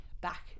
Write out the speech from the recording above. back